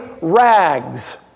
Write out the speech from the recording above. rags